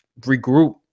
regroup